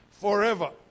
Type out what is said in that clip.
forever